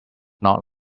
not